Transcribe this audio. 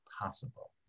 possible